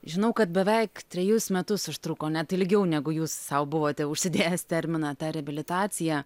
žinau kad beveik trejus metus užtruko net ilgiau negu jūs sau buvote užsidėjęs terminą ta reabilitacija